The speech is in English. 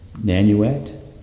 Nanuet